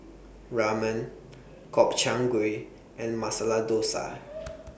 Ramen Gobchang Gui and Masala Dosa